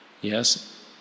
Yes